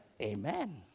Amen